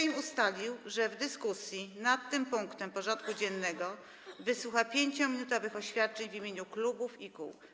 Sejm ustalił, że w dyskusji nad tym punktem porządku dziennego wysłucha 5-minutowych oświadczeń w imieniu klubów i kół.